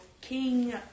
king